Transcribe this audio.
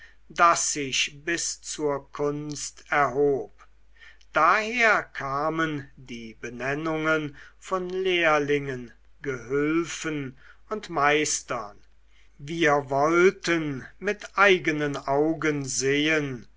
das sich bis zur kunst erhob daher kamen die benennungen von lehrlingen gehülfen und meistern wir wollten mit eignen augen sehen